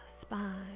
spine